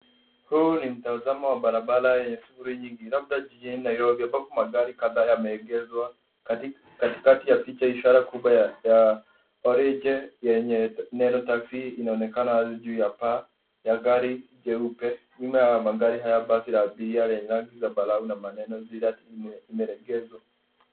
Huu ni mtazamo wa barabara yenye shughuli nyingi, labda jijini Nairobi ambapo magari kadhaa yameegezwa. Katikati ya picha ishara kubwa ya orange yenye neno taxi inaonekana wazi juu ya paa ya gari jeupe. Nyuma ya magari haya, basi la abiria lenye rangi zambarau na maneno Zelat imelegezwa.